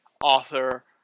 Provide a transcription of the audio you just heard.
author